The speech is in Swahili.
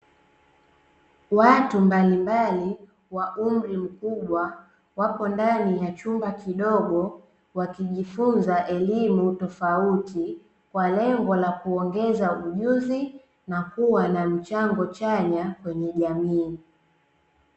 Watu mbalimbali wa umri mkubwa wapo ndani ya chumba kidogo wakijifunza elimu tofauti, kwa lengo la kuongeza ujuzi na kuwa na mchango chanya kwenye jamii.